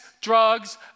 drugs